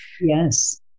Yes